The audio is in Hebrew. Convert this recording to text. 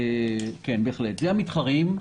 זה המתחרים.